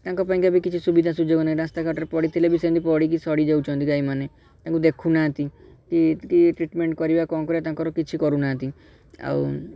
ତାଙ୍କ ପାଇଁକା ବି କିଛି ସୁବିଧା ସୁଯୋଗ ନାହିଁ ରାସ୍ତାଘାଟରେ ପଡ଼ିଥିଲେ ବି ସେମିତି ପଡ଼ିକି ସଢ଼ି ଯାଉଚନ୍ତି ଗାଈମାନେ ତାଙ୍କୁ ଦେଖୁନାହାଁନ୍ତି କି ଟ୍ରିଟମେଣ୍ଟ କରିବା କ'ଣ କରିବା ତାଙ୍କର କିଛି କରୁନାହାଁନ୍ତି ଆଉ